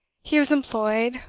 he was employed,